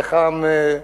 זה חם,